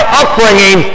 upbringing